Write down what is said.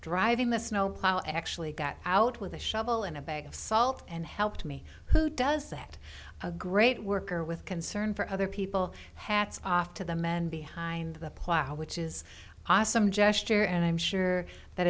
driving the snowplow actually got out with a shovel and a bag of salt and helped me who does that a great worker with concern for other people hat's off to the men behind the plow which is awesome gesture and i'm sure that